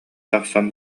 тахсан